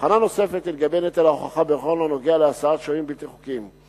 הבחנה נוספת היא לגבי נטל ההוכחה בכל הנוגע להסעת שוהים בלתי חוקיים.